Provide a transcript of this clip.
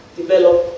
develop